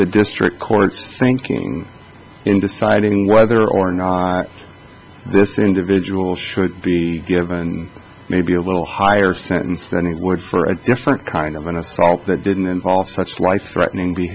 the district court's thinking in deciding whether or not this individual should be given maybe a little higher sentence than his word for a different kind of an assault that didn't involve such life threatening be